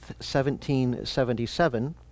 1777